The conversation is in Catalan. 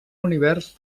univers